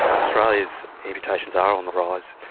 australia's amputations are on the rise,